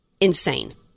insane